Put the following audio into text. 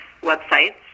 websites